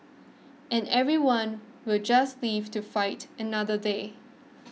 and everyone will just live to fight another day